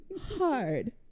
Hard